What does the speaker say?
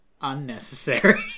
unnecessary